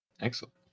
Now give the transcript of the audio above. Excellent